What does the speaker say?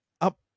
up